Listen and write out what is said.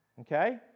Okay